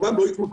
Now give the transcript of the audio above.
רובם לא יתמכרו.